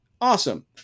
awesome